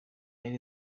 yari